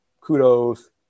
kudos